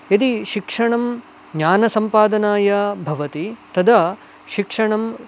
यदि शिक्षणं ज्ञानसम्पादनाय भवति तदा शिक्षणं